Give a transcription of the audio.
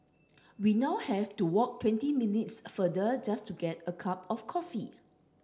we now have to walk twenty minutes further just to get a cup of coffee